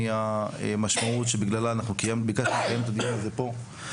יש לה משמעות בהחלטה שקיבלנו לקיים את הדיון הזה דווקא פה,